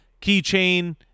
keychain